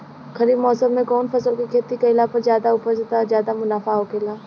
खरीफ़ मौसम में कउन फसल के खेती कइला पर ज्यादा उपज तथा ज्यादा मुनाफा होखेला?